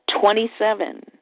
Twenty-seven